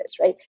right